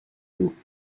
tout